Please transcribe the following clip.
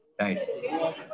right